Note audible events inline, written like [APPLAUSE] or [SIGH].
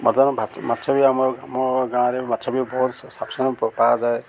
ବର୍ତ୍ତମାନ ମାଛ ବି ଆମ ଆମ ଗାଁରେ ମାଛ ବି ବହୁତ [UNINTELLIGIBLE]